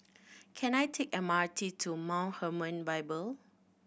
can I take M R T to Mount Hermon Bible